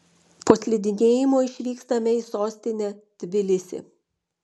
po slidinėjimo išvykstame į sostinę tbilisį